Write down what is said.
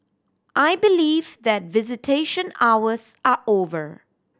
I believe that visitation hours are over